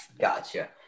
Gotcha